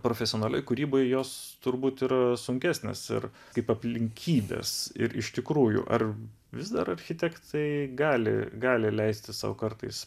profesionalioj kūrybai jos turbūt ir sunkesnės ir kaip aplinkybės ir iš tikrųjų ar vis dar architektai gali gali leisti sau kartais